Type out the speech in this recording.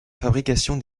fabrication